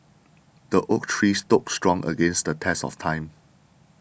the oak tree stood strong against the test of time